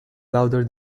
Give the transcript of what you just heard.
louder